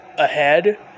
ahead